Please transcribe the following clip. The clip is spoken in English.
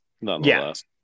nonetheless